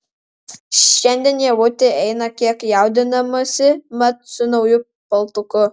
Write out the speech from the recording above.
šiandien ievutė eina kiek jaudindamasi mat su nauju paltuku